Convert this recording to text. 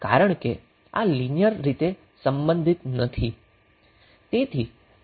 કારણ કે આ લિનિયર રીતે સંબંધિત નથી